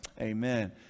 Amen